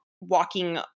walking